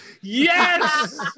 Yes